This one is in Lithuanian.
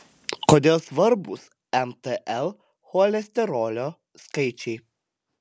kodėl svarbūs mtl cholesterolio skaičiai